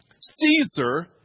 Caesar